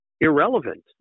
irrelevant